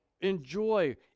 enjoy